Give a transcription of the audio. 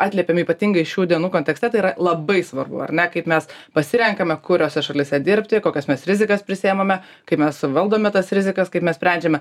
atliepiam ypatingai šių dienų kontekste tai yra labai svarbu ar ne kaip mes pasirenkame kuriose šalyse dirbti kokias mes rizikas prisiemame kaip mes suvaldome tas rizikas kaip mes sprendžiame